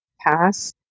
pass